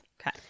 Okay